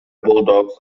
bulldogs